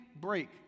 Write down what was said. break